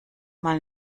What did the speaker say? mal